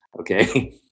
Okay